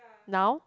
now